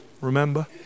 Remember